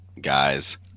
guys